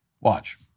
Watch